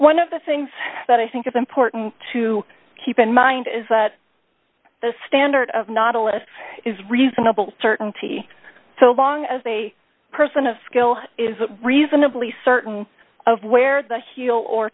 one of the things that i think is important to keep in mind is that the standard of not a list is reasonable certainty so long as a person of skill is reasonably certain of where the heel or